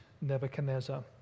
Nebuchadnezzar